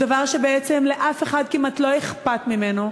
הוא דבר שבעצם לאף אחד כמעט לא אכפת ממנו.